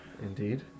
Indeed